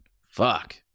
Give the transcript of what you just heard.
fuck